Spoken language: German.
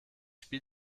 spiel